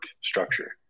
structure